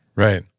right.